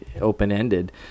open-ended